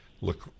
look